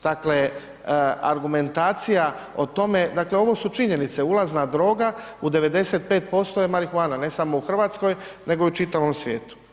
Dakle, argumentacija o tome, dakle ovo su činjenice, ulazna droga u 95% je marihuana, ne samo u RH nego i u čitavom svijetu.